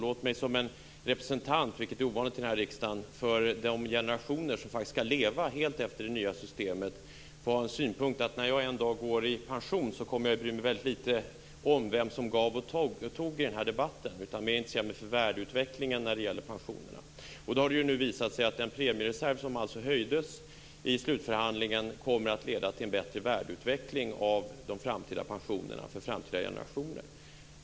Låt mig som en representant för de generationer som faktiskt skall leva helt efter det nya systemet - vilket är ovanligt här i riksdagen - få ha en synpunkt på detta. När jag en dag går i pension kommer jag att bry mig väldigt litet om vem som gav och tog i den här debatten. Jag kommer mer att intressera mig för värdeutvecklingen av pensionerna. Nu har det visat sig att den premiereserv som alltså höjdes i slutförhandlingen kommer att leda till en bättre värdeutveckling av de framtida pensionerna för framtida generationer.